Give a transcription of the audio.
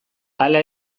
hala